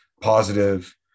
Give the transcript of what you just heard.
positive